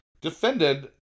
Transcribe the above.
defended